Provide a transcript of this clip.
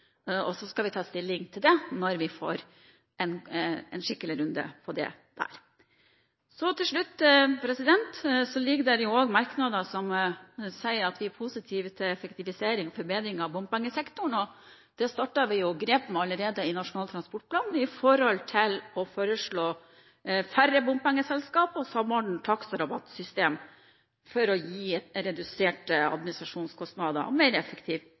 og så skal vi ta stilling til det når vi får en skikkelig runde på det da. Til slutt: Det ligger også merknader der vi sier at vi er positive til effektivisering og forbedring av bompengesektoren, og det startet vi grep for allerede i Nasjonal transportplan med hensyn til å foreslå færre bompengeselskaper og samordne takst- og rabattsystem for å gi reduserte administrasjonskostnader og mer effektiv